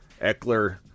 Eckler